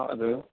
हजुर